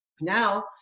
Now